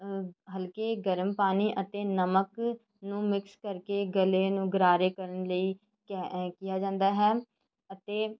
ਹਲਕੇ ਗਰਮ ਪਾਣੀ ਅਤੇ ਨਮਕ ਨੂੰ ਮਿਕਸ ਕਰਕੇ ਗਲੇ ਨੂੰ ਗਰਾਰੇ ਕਰਨ ਲਈ ਕਿਹ ਕਿਹਾ ਜਾਂਦਾ ਹੈ ਅਤੇ